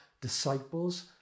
disciples